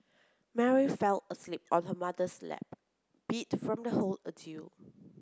Mary fell asleep on her mother's lap beat from the whole ordeal